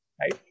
right